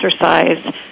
exercise